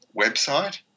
website